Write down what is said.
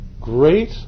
Great